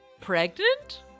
pregnant